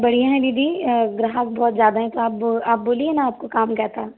बढ़िया है दीदी ग्राहक बहुत ज़्यादा हैं तो आप आप बोलिए न आपको काम क्या था